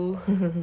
oh